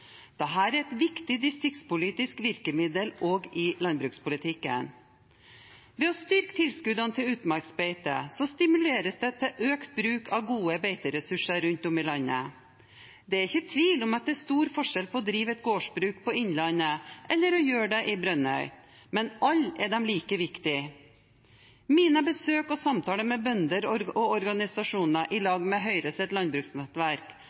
er et viktig distriktspolitisk virkemiddel, også i landbrukspolitikken. Ved å styrke tilskuddene til utmarksbeite stimuleres det til økt bruk av gode beiteressurser rundt om i landet. Det er ikke tvil om at det er stor forskjell på å drive et gårdsbruk i Innlandet og å gjøre det i Brønnøy. Men alle er de like viktige. Mine besøk og samtaler med bønder og organisasjoner